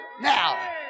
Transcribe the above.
now